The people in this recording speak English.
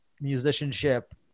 musicianship